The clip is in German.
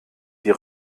die